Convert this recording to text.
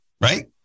Right